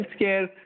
healthcare